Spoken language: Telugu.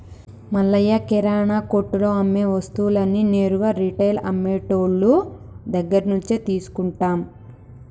మల్లయ్య కిరానా కొట్టులో అమ్మే వస్తువులన్నీ నేరుగా రిటైల్ అమ్మె టోళ్ళు దగ్గరినుంచే తీసుకుంటాం